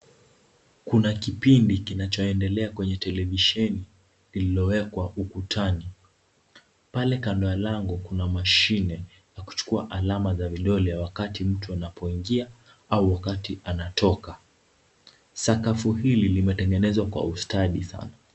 Kuna kupindi kinachoendelea kwenye televisheni iliowekwa ukutani. Pale kando ya lango kuna mashine ya kuchukua alama za vidole wakati mtu anapoingia au wakati anatoka. Sakafu hili limetengenezwa kwa ustadi sana.